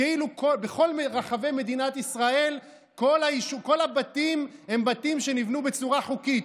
כאילו בכל רחבי מדינת ישראל כל הבתים הם בתים שנבנו בצורה חוקית,